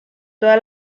toda